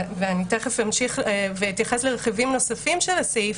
ואני תכף אמשיך ואתייחס לרכיבים נוספים של הסעיף,